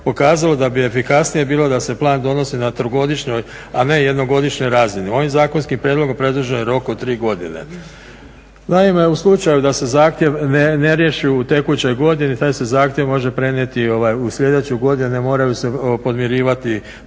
pokazalo da bi efikasnije bilo da se plan donosi na trogodišnjoj a ne jednogodišnjoj razini. Ovim zakonskim prijedlogom predložen je rok od 3 godine. Naime u slučaju da se zahtjev ne riješi u tekućoj godini, taj se zahtjev može prenijeti u sljedeću godinu, ne moraju se podmirivati